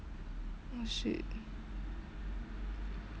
oh shit